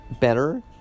better